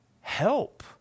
help